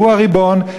שהוא הריבון,